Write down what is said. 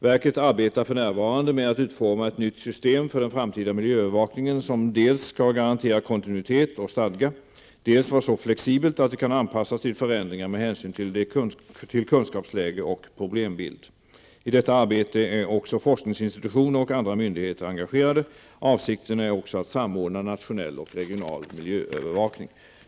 Verket arbetar för närvarande med att utforma ett nytt system för den framtida miljöövervakningen, som dels skall garantera kontinuitet och stadga, dels vara så flexibelt att det kan anpassas till förändringar med hänsyn till kunskapsläge och problembild. I detta arbete är också forskningsinstitutioner och andra myndigheter engagerade. Avsikten är också att samordna nationell och regional miljöövervakning.